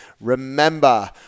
remember